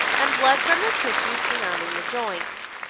and blood from the tissues surrounding the joint.